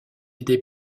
aidé